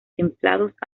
templados